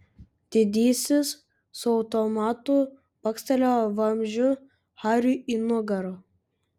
didysis su automatu bakstelėjo vamzdžiu hariui į nugarą